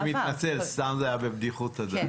אני מתנצל, סתם זה היה בבדיחות הדעת.